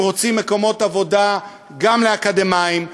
והם רוצים מקומות עבודה גם לאקדמאים,